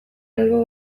albo